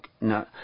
no